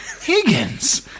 Higgins